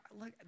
Look